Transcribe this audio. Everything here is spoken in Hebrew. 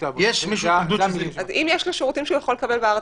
אם יש שירותים שהוא יכול לקבל אותם בארץ,